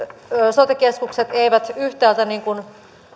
sote keskukset eivät yhtäältä niin kuin